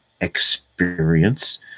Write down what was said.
experience